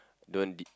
don't de~